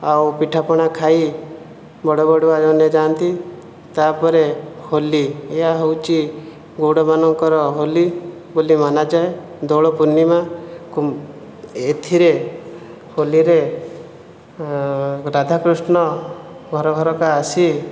ଆଉ ପିଠା ପଣା ଖାଇ ବଡ଼ ବଡ଼ୁଆମାନେ ଯାଆନ୍ତି ତା'ପରେ ହୋଲି ଏହା ହେଉଛି ଗଉଡ଼ମାନଙ୍କର ହୋଲି ବୋଲି ମନାଯାଏ ଦୋଳ ପୂର୍ଣ୍ଣିମା ଏଥିରେ ହୋଲିରେ ରାଧା କୃଷ୍ଣ ଘର ଘରକା ଆସି